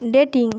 dating